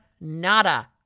nada